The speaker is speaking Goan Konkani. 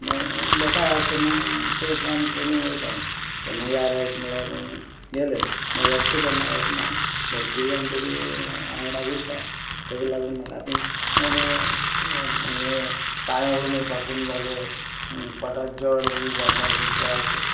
बेकार आसा तेन्ना तें काम करूंक वयतां केन्नाय या काय अशें म्हणल्यार गेलें म्हणल्यार एकटो केन्ना वचना हांव दोग तीग जाण तरी वांगडा वयता ताका लागून म्हाका आता पांये वळून येवपाक कमी जालें पोटान जड बी जावपाचे त्रास